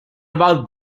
about